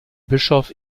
bischof